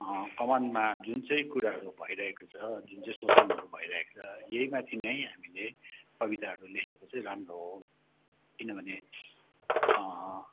कमानमा जुन चाहिँ कुराहरू भइरहेको छ जुन चाहिँ शोषणहरू भइरहेको छ यही माथि नै हामीले कविताहरू लेखेको चाहिँ राम्रो हो किन भने